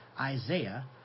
Isaiah